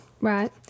Right